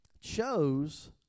chose